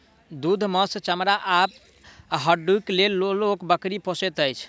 दूध, मौस, चमड़ा आ हड्डीक लेल लोक बकरी पोसैत अछि